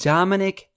Dominic